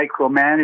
micromanage